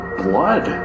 blood